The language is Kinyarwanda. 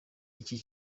iki